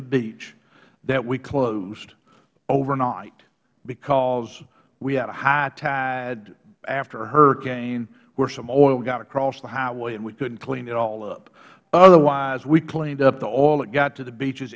of beach that we closed overnight because we had a high tide after a hurricane where some oil got across the highway and we couldn't clean it all up otherwise we cleaned up the oil that got to the beaches